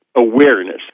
awareness